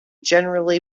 generally